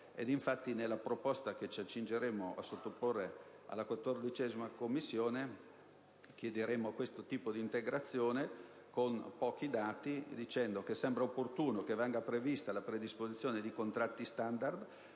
europeo. Nella proposta che ci accingiamo a sottoporre alla 14ª Commissione chiederemo al riguardo un'integrazione con pochi dati, dicendo che sembra opportuno che venga prevista la predisposizione di contratti standard